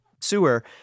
sewer